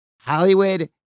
Hollywood